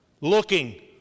Looking